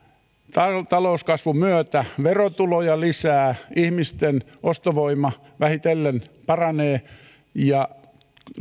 talouskasvun myötä tulee verotuloja lisää ihmisten ostovoima vähitellen paranee